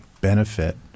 benefit